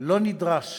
לא נדרש